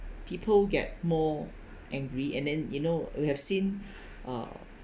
people get more angry and then you know we have seen uh